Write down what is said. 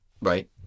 right